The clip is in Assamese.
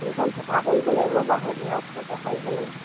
ফিলখন চাফা কৰিব লাগিব বাহনীয়ে সাৰিব লাগিব